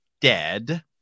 dead